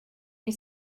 you